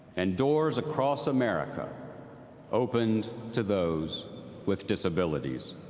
and doorsacross america opened to those with disabilities.